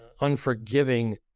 unforgiving